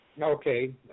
Okay